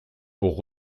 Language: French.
pour